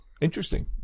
Interesting